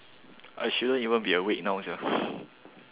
I shouldn't even be awake now sia